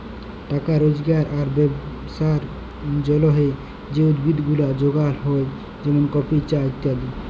টাকা রজগার আর ব্যবসার জলহে যে উদ্ভিদ গুলা যগাল হ্যয় যেমন কফি, চা ইত্যাদি